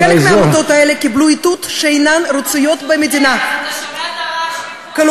אתה שומע את הרעש מפה.